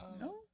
No